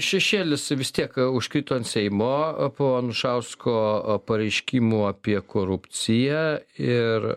šešėlis vis tiek užkrito ant seimo po anušausko pareiškimų apie korupciją ir